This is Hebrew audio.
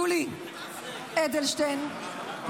יולי אדלשטיין,